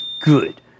good